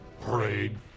parade